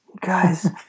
guys